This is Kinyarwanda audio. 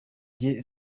jye